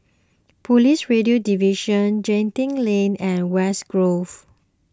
Police Radio Division Genting Lane and West Grove